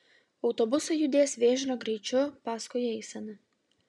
autobusai judės vėžlio greičiu paskui eiseną